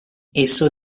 esso